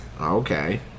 Okay